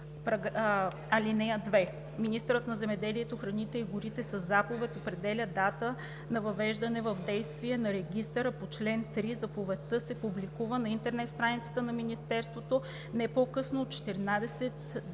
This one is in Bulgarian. чл. 3. (2) Министърът на земеделието, храните и горите със заповед определя дата на въвеждането в действие на регистъра по чл. 3. Заповедта се публикува на интернет страницата на министерството не по-късно от 14 дни